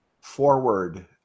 forward